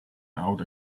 out